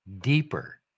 deeper